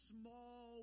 small